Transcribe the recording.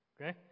Okay